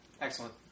Excellent